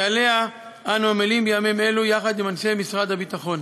שעליה אני עמל בימים אלה יחד עם אנשי משרד הביטחון.